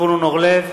זבולון אורלב,